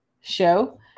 show